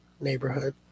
neighborhood